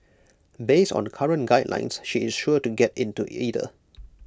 based on current guidelines she is sure to get into either